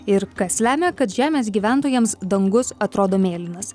ir kas lemia kad žemės gyventojams dangus atrodo mėlynas